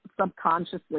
subconsciously